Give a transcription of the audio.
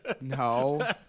No